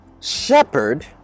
shepherd